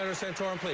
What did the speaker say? ah santorum, please?